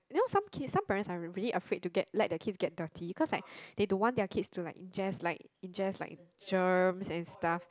you know some kids some parents are really afraid to get let the kids get dirty because like they don't want their kids to like injects like injects like germ and stuff